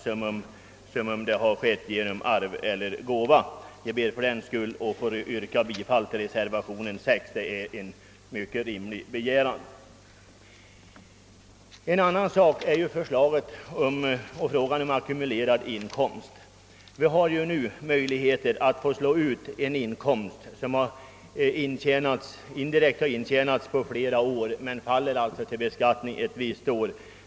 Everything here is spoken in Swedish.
Jag anser detta vara en mycket rimlig begäran och jag ber därför att få yrka bifall till reservation nr 6. En annan sak är frågan om ackumulerad inkomst. Det finns nu möjlighet att dela upp en inkomst som indirekt har intjänats under flera år men som blir föremål för beskattning ett visst år.